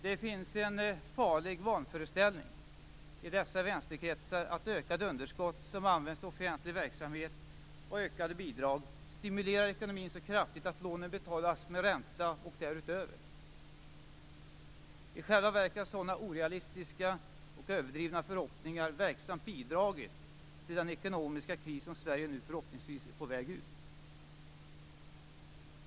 Det finns en farlig vanföreställning i dessa vänsterkretsar, nämligen att ökade underskott som så att säga används till offentlig verksamhet och ökade bidrag stimulerar ekonomin så kraftigt att lånen betalas med ränta och mer än så. I själva verket har sådana orealistiska och överdrivna förhoppningar verksamt bidragit till den ekonomiska kris som Sverige nu förhoppningsvis är på väg ut ur.